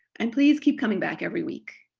and please keep coming back every week.